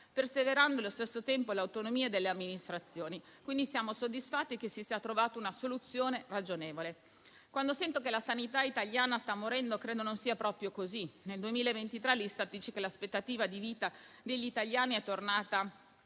perseverando allo stesso tempo nell'autonomia delle amministrazioni. Siamo soddisfatti che si sia trovata una soluzione ragionevole. Sento dire che la sanità italiana sta morendo, ma credo che non sia proprio così. Nel 2023 l'Istat dice che l'aspettativa di vita degli italiani è tornata